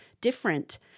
different